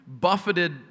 buffeted